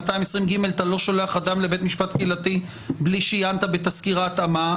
220ג אתה לא שולח אדם לבית משפט קהילתי בלי שעיינת בתסקיר ההתאמה,